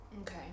Okay